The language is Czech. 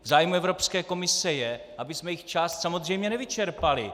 Zájem Evropské komise je, abychom jich část samozřejmě nevyčerpali.